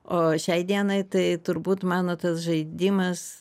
o šiai dienai tai turbūt mano tas žaidimas